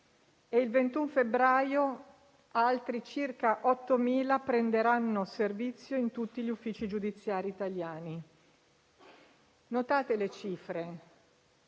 il 21 febbraio, altri circa 8.000 prenderanno servizio in tutti gli uffici giudiziari italiani. Notate le cifre: